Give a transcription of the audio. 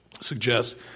suggest